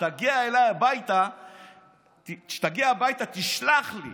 כשתגיע הביתה תשלח לי